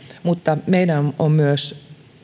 mutta meidän on myös